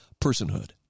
personhood